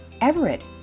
Everett